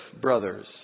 brothers